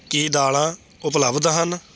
ਕੀ ਦਾਲਾਂ ਉਪਲਬਧ ਹਨ